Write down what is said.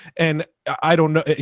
and. i don't know,